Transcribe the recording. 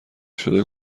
شده